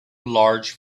large